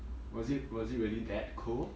was it was it really that cold